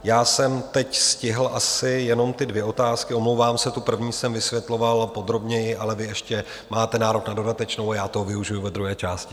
Já jsem teď stihl asi jenom ty dvě otázky, omlouvám se, tu první jsem vysvětloval podrobněji, ale vy ještě máte nárok na dodatečnou a já toho využiji ve druhé části.